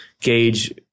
gauge